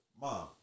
mom